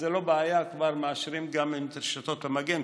זאת לא בעיה, כבר מאשרים גם את רשתות המגן.